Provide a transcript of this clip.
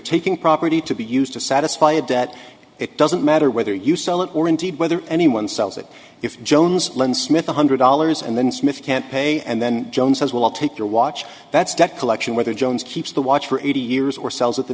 taking property to be used to satisfy a debt it doesn't matter whether you sell it or indeed whether anyone sells it if jones lend smith one hundred dollars and then smith can't pay and then jones says well i'll take your watch that's debt collection whether jones keeps the watch for eighty years or sells it the